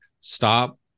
stop